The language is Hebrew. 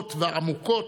כואבות ועמוקות,